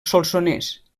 solsonès